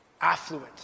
affluent